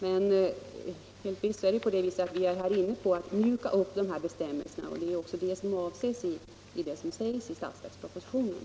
Men vi är nu inne på att mjuka upp bestämmelserna, så som det också sägs i budgetpropositionen.